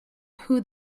who